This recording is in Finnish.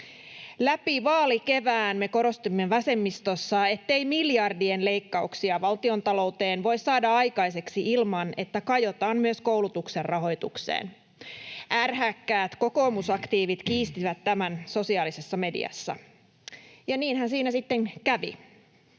Läpi vaalikevään me korostimme vasemmistossa, ettei miljardien leikkauksia valtiontalouteen voi saada aikaiseksi ilman, että kajotaan myös koulutuksen rahoitukseen. Ärhäkät kokoomusaktiivit kiistivät tämän sosiaalisessa mediassa, mutta niinhän siinä sitten kävi.